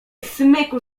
smyku